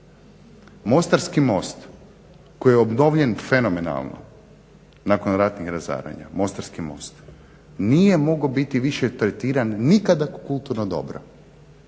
Mostarski most koji je obnovljen fenomenalno nakon ratnih razaranja, Mostarski most nije mogao biti više tretiran nikada kao kulturno dobro.